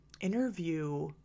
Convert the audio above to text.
interview